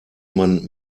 man